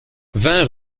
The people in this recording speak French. vingt